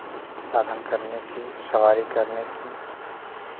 साधन करने की सवारी करने की